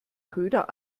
köder